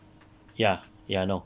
ya ya lor